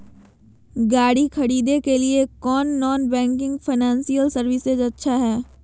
गाड़ी खरीदे के लिए कौन नॉन बैंकिंग फाइनेंशियल सर्विसेज अच्छा है?